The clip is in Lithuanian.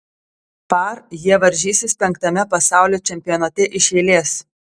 par jie varžysis penktame pasaulio čempionate iš eilės